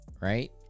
right